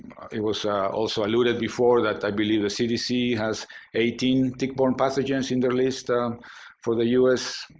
it was also alluded before that i believe the cdc has eighteen tick-borne pathogens in their list for the us.